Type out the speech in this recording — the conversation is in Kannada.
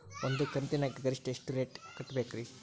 ಒಂದ್ ಕಂತಿನ್ಯಾಗ ಗರಿಷ್ಠ ಎಷ್ಟ ರೊಕ್ಕ ಕಟ್ಟಬೇಕ್ರಿ?